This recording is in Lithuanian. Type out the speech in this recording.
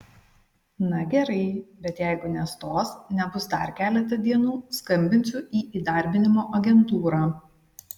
na gerai bet jeigu nestos nebus dar keletą dienų skambinsiu į įdarbinimo agentūrą